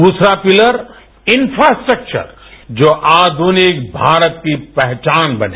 दूसरा pillar infrastructure जो आधुनिक भारत की पहचान बने